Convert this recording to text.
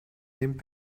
nehmt